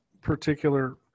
particular